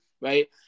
right